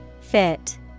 Fit